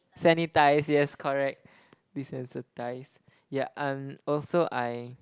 sanitize yes correct desensitize yeah and also I